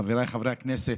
חבריי חברי הכנסת,